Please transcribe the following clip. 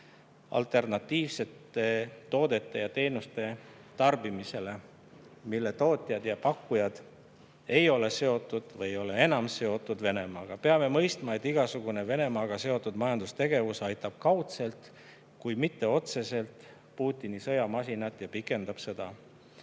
alternatiivsete toodete ja teenuste tarbimisele, mille tootjad ja pakkujad ei ole seotud või ei ole enam seotud Venemaaga. Peame mõistma, et igasugune Venemaaga seotud majandustegevus aitab kaudselt – kui mitte otseselt – Putini sõjamasinat ja pikendab sõda.